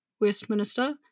Westminster